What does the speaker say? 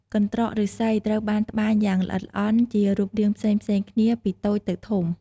កន្ត្រកឫស្សី ត្រូវបានត្បាញយ៉ាងល្អិតល្អន់ជារូបរាងផ្សេងៗគ្នា ពីតូចទៅធំ។